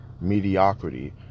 mediocrity